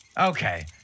Okay